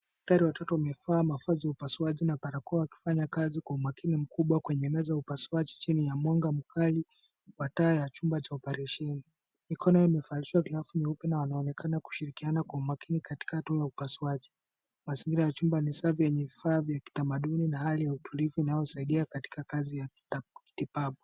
Daktari wa watoto amevaa mavazi ya upasuaji na barakoa akifanya kazi kwa umakini mkubwa kwenye ya meza ya upasuaji chini ya mwanga mkali ipatayo ya chumba cha oparesheni. Mikono imevalishwa glavu nyeupe na wanaonekana kushirikiana katika huduma ya upasuaji. Mazingira ni safi yenye vyumba vya utulivu inayosaidia katika kazi ya kitibabu.